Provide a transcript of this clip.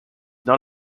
not